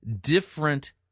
different